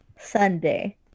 Sunday